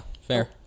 fair